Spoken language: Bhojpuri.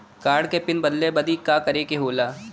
कार्ड क पिन बदले बदी का करे के होला?